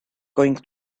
going